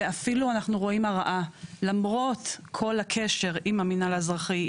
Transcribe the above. ואפילו אנחנו רואים הרעה למרות כל הקשר עם המינהל האזרחי,